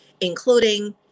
including